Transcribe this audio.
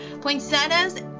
poinsettias